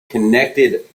connected